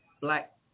black